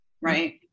right